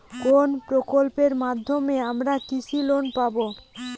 কোন প্রকল্পের মাধ্যমে আমরা কৃষি লোন পাবো?